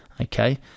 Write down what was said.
Okay